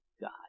God